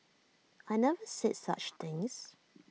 I never said such things